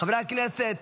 חברי הכנסת,